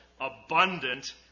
abundant